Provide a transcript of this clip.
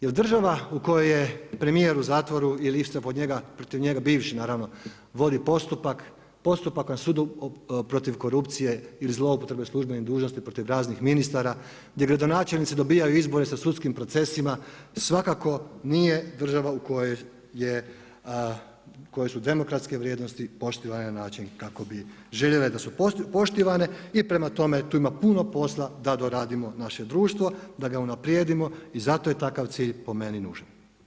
Jer država u kojoj je premijer u zatvoru ili istraga protiv njega, bivši naravno, vodi postupak, postupak na sudu protiv korupcije ili zloupotrebe službene dužnosti, protiv raznih ministara, gdje gradonačelnici dobivaju izbore sa sudskim procesima, svakako nije država u kojoj su demokratske vrijednosti poštivane na način kako bi željele da su poštivane i prema tome, tu ima puno posla da doradimo naše društvo, da ga unaprijedimo, i zato je takav cilj po meni nužan.